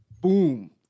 Boom